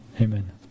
amen